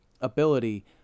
ability